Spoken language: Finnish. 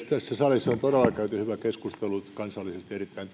tässä salissa on käyty todella hyvä keskustelu kansallisesti erittäin